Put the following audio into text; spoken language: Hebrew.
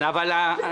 זו תמונת מצב.